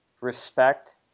respect